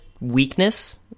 weakness